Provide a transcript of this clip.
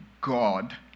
God